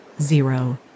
zero